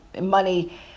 money